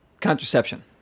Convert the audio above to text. contraception